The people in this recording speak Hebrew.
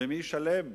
ומי ישלם?